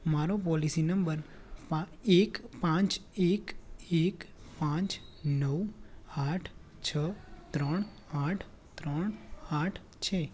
મારો policy number પા એક પાંચ એક એક પાંચ નવ આઠ છ ત્રણ આઠ ત્રણ આઠ છે